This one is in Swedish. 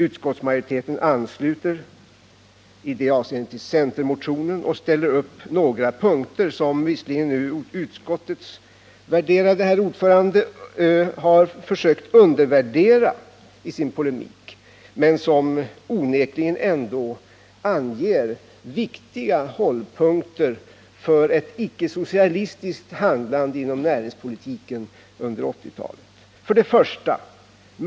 Utskottsmajoriteten ansluter sig i det avseendet till centermotionen och ställer upp några punkter, som visserligen utskottets värderade herr ordförande nu har försökt undervärdera i sin polemik men som ändå onekligen anger viktiga hållpunkter för ett icke-socialistiskt handlande inom näringspolitiken under 1980-talet: 1.